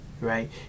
right